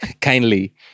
Kindly